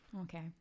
Okay